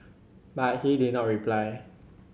but he did not reply